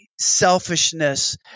selfishness